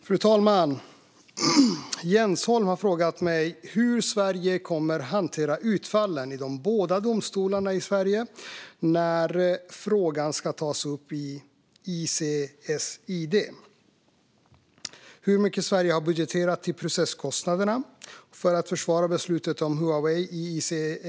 Fru talman! Jens Holm har frågat mig hur Sverige kommer att hantera utfallen i de båda domstolarna i Sverige när frågan ska tas upp i ICSID och hur mycket Sverige har budgeterat till processkostnaderna för att försvara beslutet om Huawei i ICSID.